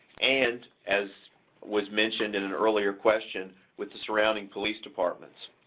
and, as was mentioned in an earlier question, with the surrounding police departments.